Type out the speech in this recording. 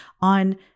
on